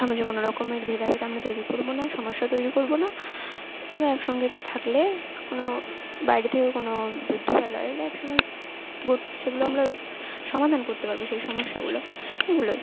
সমাজে কোনো রকমের ভেদাভেদ আমরা তৈরি করবো না সমস্যা তৈরি করবো না সবাই একসঙ্গে থাকলে কোনো বাইরে থেকে কোনো যুদ্ধ বা লড়াই হলে একসঙ্গে সেগুলো আমরা সমাধান করতে পারবো সেই সমস্যাগুলো এগুলোই